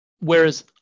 whereas